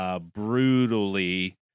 brutally